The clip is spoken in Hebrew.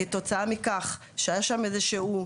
כתוצאה מכך שהיה שם איזשהו,